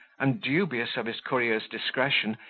and dubious of his courier's discretion,